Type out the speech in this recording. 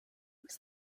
was